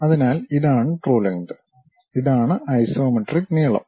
അതിനാൽ ഇതാണ് true length ഇതാണ് ഐസോമെട്രിക് നീളം